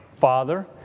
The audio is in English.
Father